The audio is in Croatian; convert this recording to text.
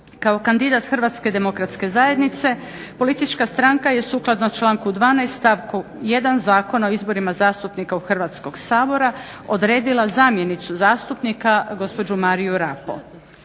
kao kandidat HDZ-a politička stranka je sukladno članku 12. stavku 1. Zakona o izborima zastupnika u Hrvatski sabor odredila zamjenicu zastupnika gospođu Mariju Rapo.